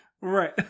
Right